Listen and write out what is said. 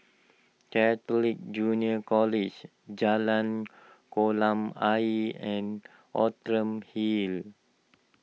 Catholic Junior College Jalan Kolam Ayer and Outram Hill